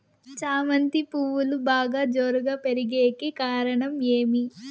చామంతి పువ్వులు బాగా జోరుగా పెరిగేకి కారణం ఏమి?